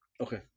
okay